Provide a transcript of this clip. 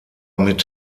mit